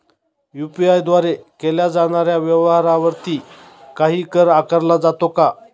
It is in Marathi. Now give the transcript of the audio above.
यु.पी.आय द्वारे केल्या जाणाऱ्या व्यवहारावरती काही कर आकारला जातो का?